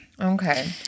Okay